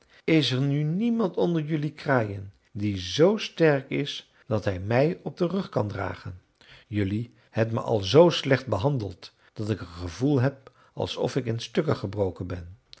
is er nu niemand onder jelui kraaien die zoo sterk is dat hij mij op den rug kan dragen jelui hebt me al zoo slecht behandeld dat ik een gevoel heb alsof ik in stukken gebroken ben